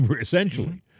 essentially